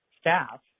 staff